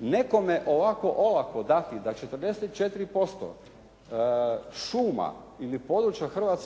Nekom ovako olako dati da 44% šuma ili područja šuma